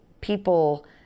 people